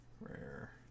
rare